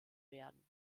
werden